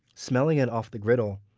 smelling it off the griddle,